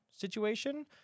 situation